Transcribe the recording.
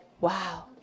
wow